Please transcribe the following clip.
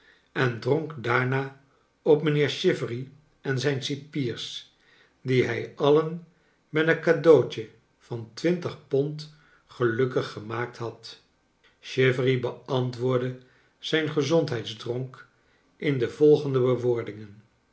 en dronk daarna op mijnheer chi very en zijn cipiers die hij alien met een caueautje van twintig pond gelukkig gemaakt had chivery beantwoordde zijn gezondheidsdronk in de volgende bewoordingen